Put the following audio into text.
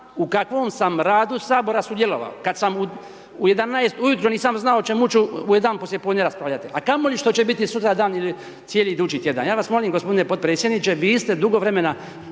u kakvom sam radu Sabora sudjelovao, kada sam u 11 ujutro, nisam znao o čemu ću u 1 poslijepodne raspravljati, a kamo li što će biti sutradan ili cijeli idući tjedan. Ja vas molim g. potpredsjedniče, vi ste dugo vremena